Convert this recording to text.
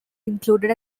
included